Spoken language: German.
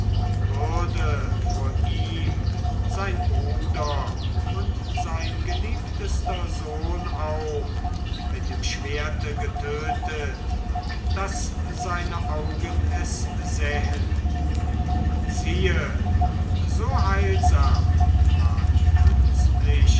würde vor ihm sein bruder und sein geliebtester sohn auch mit dem schwerte getötet daß seine augen es sähen siehe so heilsam war die